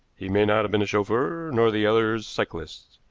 he may not have been a chauffeur, nor the others cyclists.